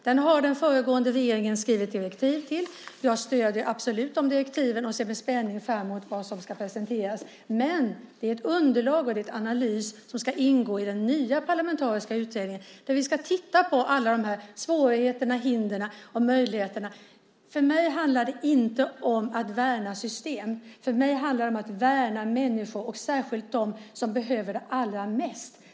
Den har den föregående regeringen skrivit direktiv till. Jag stöder absolut de direktiven och ser alltså med spänning fram emot vad som ska presenteras. Det är emellertid ett underlag och en analys som ska ingå i den nya parlamentariska utredningen där vi kommer att titta på alla dessa svårigheter, hinder och möjligheter. För mig handlar det inte om att värna system. För mig handlar det om att värna människor, särskilt dem som behöver det allra mest.